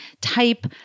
type